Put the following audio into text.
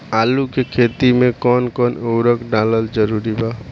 आलू के खेती मे कौन कौन उर्वरक डालल जरूरी बा?